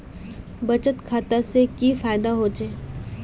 बचत खाता से की फायदा होचे?